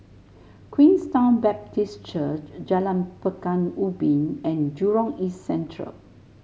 Queenstown Baptist Church Jalan Pekan Ubin and Jurong East Central